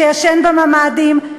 שישן בממ"דים,